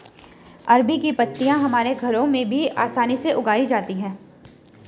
अरबी की पत्तियां हमारे घरों में भी आसानी से उगाई जाती हैं